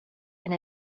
and